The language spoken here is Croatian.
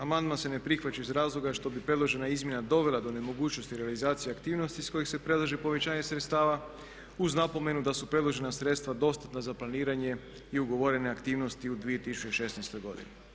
Amandman se ne prihvaća iz razloga što bi predložena izmjena dovela do nemogućnosti realizacije aktivnosti iz kojih se predlaže povećanje sredstava uz napomenu da su predložena sredstva dostatna za planiranje i ugovorene aktivnosti u 2016. godini.